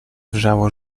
wrzało